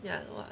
ya what